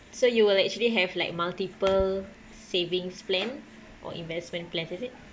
so you will actually have like multiple savings plan or investment plans is it